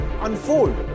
unfold